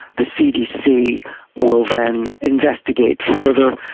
the cdc will then investigate further,